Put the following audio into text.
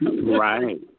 right